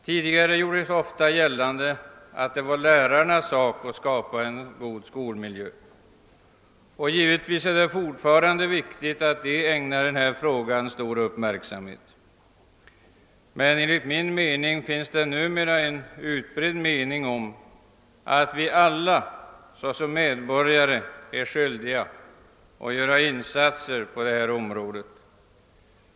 Tidigare gjordes ofta gällande, att det var lärarnas sak att skapa en god skolmiljö. Givetvis är det fortfarande viktigt att de ägnar denna fråga stor uppmärksamhet. Men enligt min uppfattning finns det numera en utbredd mening om att vi alla såsom medborgare är skyldiga att göra insatser på detta område.